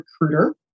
recruiter